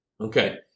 Okay